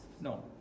No